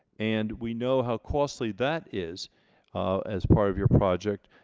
and we know how costly that is as part of your project,